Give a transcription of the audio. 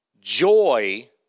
Joy